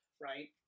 Right